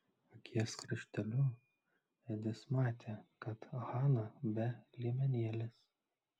akies krašteliu edis matė kad hana be liemenėlės